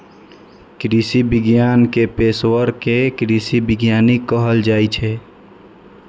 कृषि विज्ञान के पेशवर कें कृषि वैज्ञानिक कहल जाइ छै